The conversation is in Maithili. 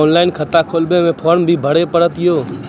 ऑनलाइन खाता खोलवे मे फोर्म भी भरे लेली पड़त यो?